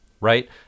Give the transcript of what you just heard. right